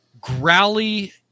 growly